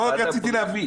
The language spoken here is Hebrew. רק רציתי להבין.